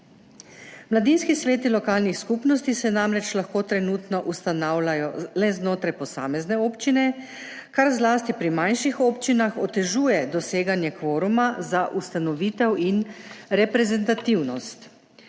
Mladinski sveti lokalnih skupnosti se namreč lahko trenutno ustanavljajo le znotraj posamezne občine, kar zlasti pri manjših občinah otežuje doseganje kvoruma za ustanovitev in reprezentativnost.